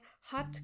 Hot